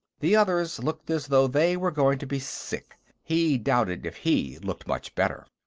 the others looked as though they were going to be sick he doubted if he looked much better.